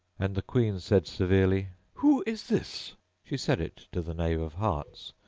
and the queen said severely who is this she said it to the knave of hearts,